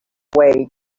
way